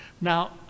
Now